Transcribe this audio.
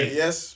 yes